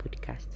podcast